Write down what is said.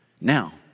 Now